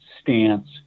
stance